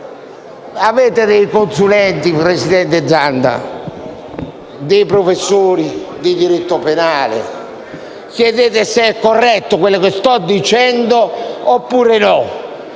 Avete dei consulenti, presidente Zanda, dei professori di diritto penale: chiedete loro se è corretto quello che sto dicendo oppure no.